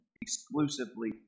exclusively